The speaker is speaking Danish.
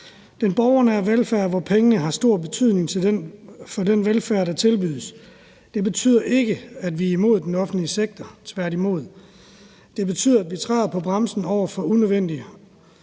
den borgernære velfærd, hvor pengene har stor betydning for den velfærd, der tilbydes. Det betyder ikke, at vi er imod den offentlige sektor, tværtimod. Det betyder, at vi træder på bremsen over for unødige